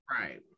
Right